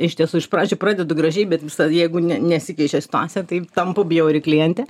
iš tiesų iš pradžių pradedu gražiai bet jeigu ne nesikeičia situacija tai tampu bjauri klientė